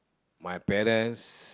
my parents